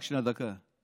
רק שנייה, דקה.